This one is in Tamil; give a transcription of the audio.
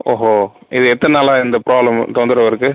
ஓஹோ இது எத்தனை நாளாக இந்த ப்ராப்ளம் தொந்தரவு இருக்குது